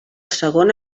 segon